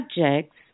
subjects